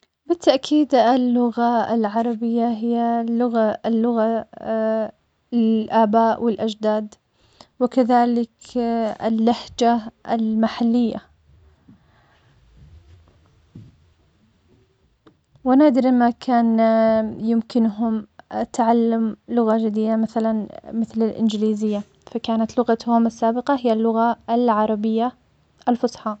بالتأكيد اللغة العربية هي لغة- اللغة الآباء والأجداد, وكذلك اللهجة المحلية, ونادراً ما كان يمكنهم تعلم لغة جدية -جديدة- مثلاً مثل الإنجليزية, فكانت لغتهم السابقة هي اللغة العربية الفصحى.